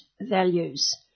values